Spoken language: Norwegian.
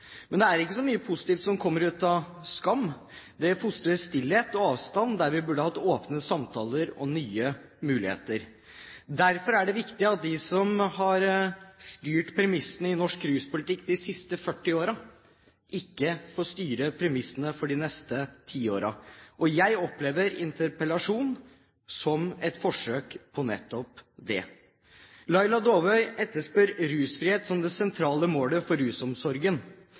Men det er ikke så mye positivt som kommer ut av skam. Det fostrer stillhet og avstand der vi burde hatt åpne samtaler og nye muligheter. Derfor er det viktig at de som har styrt premissene i norsk ruspolitikk de siste 40 årene, ikke får styre premissene for de neste tiårene. Jeg opplever interpellasjonen som et forsøk på nettopp det. Laila Dåvøy etterspør rusfrihet som det sentrale målet for rusomsorgen.